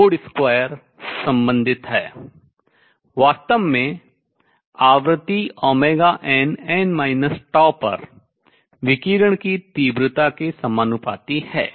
2 संबंधित है वास्तव में आवृत्ति nn τ पर विकिरण की तीव्रता के समानुपाती है